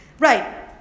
Right